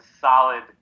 solid